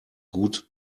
gut